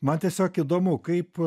man tiesiog įdomu kaip